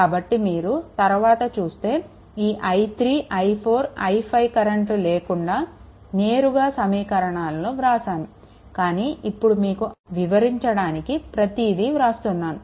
కాబట్టి మీరు తరువాత చూస్తే ఈ i3 i4 i5 కరెంట్లు లేకుండా నేరుగా సమీకరణాలను వ్రాసాను కానీ ఇప్పుడు మీకు వివరించడానికి ప్రతిదీ వ్రాస్తున్నాను